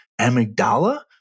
amygdala